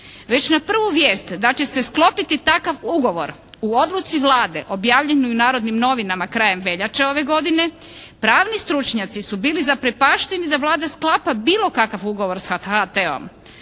Već na prvu vijest da će se sklopiti takav ugovor u odluci Vlade objavljenu u "Narodnim novinama" krajem veljače ove godine pravni stručnjaci su bili zaprepašteni da Vlada sklapa bilo kakav ugovor sa HT-om.